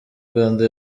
uganda